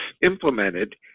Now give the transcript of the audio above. implemented